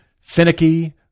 finicky